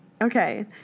Okay